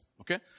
Okay